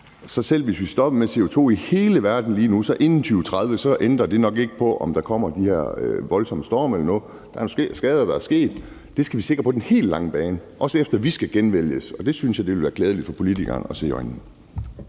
og selv hvis vi lige nu stoppede med at udlede CO2 i hele verden inden 2030, så ændrer det nok ikke på, at der kommer de her voldsomme storme eller noget andet, og at der er sket nogle skader, og vi skal der sikre det på den helt lange bane, også efter at vi skal genvælges. Og det synes jeg det ville være klædeligt for politikerne at se i øjnene.